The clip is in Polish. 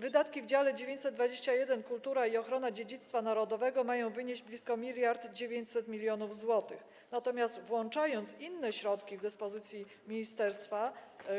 Wydatki w dziale 921: Kultura i ochrona dziedzictwa narodowego mają wynieść blisko 1900 mln zł, natomiast włączając inne środki w dyspozycji Ministerstwa